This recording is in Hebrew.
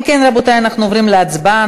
אם כן, רבותי, אנחנו עוברים להצבעה.